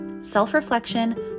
Self-reflection